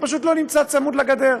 הוא פשוט לא צמוד לגדר,